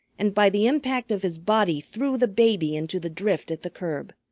and by the impact of his body threw the baby into the drift at the curb.